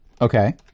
Okay